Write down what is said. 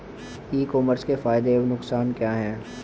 ई commerce के फायदे एवं नुकसान क्या हैं?